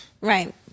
Right